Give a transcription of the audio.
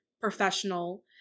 professional